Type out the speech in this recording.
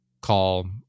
call